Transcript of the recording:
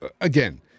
Again